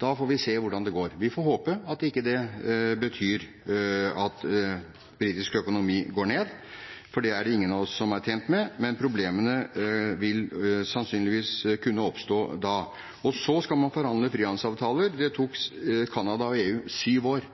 Vi får se hvordan det går. Vi får håpe det ikke betyr at britisk økonomi går ned, for det er det ingen av oss som er tjent med, men problemene vil sannsynligvis kunne oppstå da. Så skal man altså forhandle frihandelsavtaler, det tok Canada og EU sju år